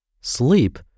sleep